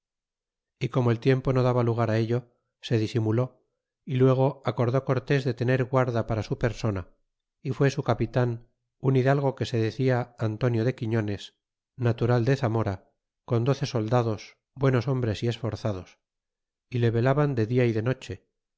y como el tiempo no daba lugar ello se disimuló y luego acordó cortes de tener guarda para su persona y fué su capitan un hidalgo que se decia antonio de quiñones natural de zamora con doce soldados buenos hombees y esforzados y le velaban de dia y de noche